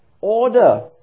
order